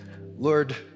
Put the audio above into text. Lord